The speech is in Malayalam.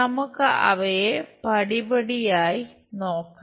നമുക്ക് അവയെ പടിപടിയായി നോക്കാം